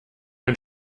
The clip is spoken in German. ein